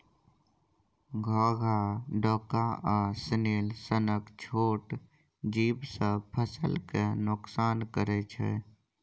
घोघा, डोका आ स्नेल सनक छोट जीब सब फसल केँ नोकसान करय छै